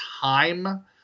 time